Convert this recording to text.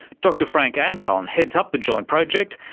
dr frank anton heads up the joint project,